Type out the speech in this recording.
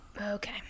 Okay